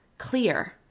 clear